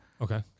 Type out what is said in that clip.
okay